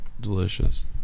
delicious